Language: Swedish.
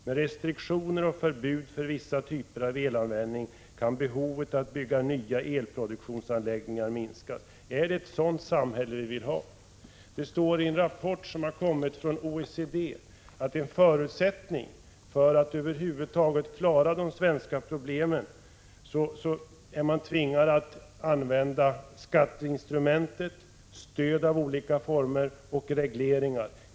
Med restriktioner och förbud för vissa typer av elanvändning kan behovet att bygga nya elproduktionsanläggningar minskas.” Är det ett sådant samhälle vi vill ha? Det står i en rapport som har kommit från OECD att för att över huvud taget kunna lösa de svenska problemen är man tvingad att använda skatteinstrumentet, stöd i olika former och regleringar.